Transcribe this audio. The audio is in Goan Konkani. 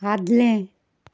आदलें